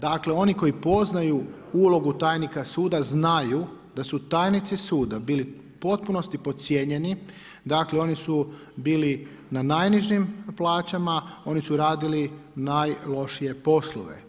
Dakle oni koji poznaju ulogu tajnika suda znaju da su tajnici suda bili u potpunosti podcijenjeni, dakle oni su bili na najnižim plaćama, oni su radili najlošije poslove.